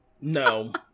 no